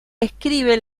escribe